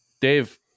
Dave